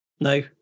No